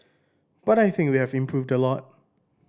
but I think we have improved a lot